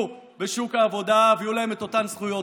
בשוק העבודה ויהיו להם אותן זכויות,